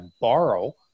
borrow